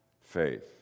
Faith